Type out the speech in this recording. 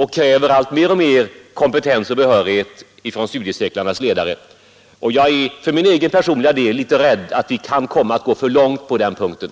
och kräver nu allt större kompetens och behörighet av studiecirkelledarna. Jag är personligen litet rädd att vi kan komma att gå för långt på den punkten.